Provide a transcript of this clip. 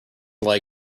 leg